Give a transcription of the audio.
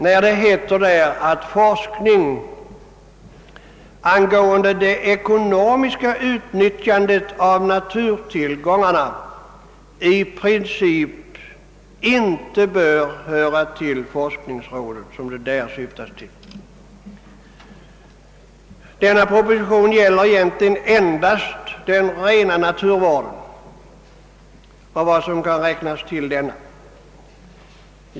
I propositionen heter det, att forskning angående det ekonomiska utnyttjandet av naturtillgångarna i princip inte bör höra till forskningsrådet, som det där talas om. Denna proposition behandlar egentligen endast den rena naturvården och vad som kan räknas dit.